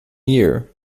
year